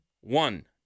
one